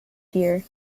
deer